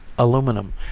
aluminum